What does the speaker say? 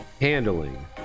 handling